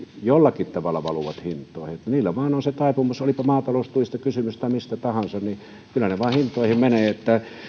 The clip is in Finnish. jollakin tavalla valuvat hintoihin niillä vaan on se taipumus olipa maataloustuista kysymys tai mistä tahansa niin kyllä ne vaan hintoihin menevät